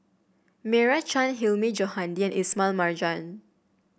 Meira Chand Hilmi Johandi Ismail Marjan